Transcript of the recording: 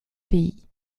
pays